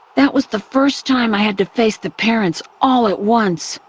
that was the first time i had to face the parents all at once.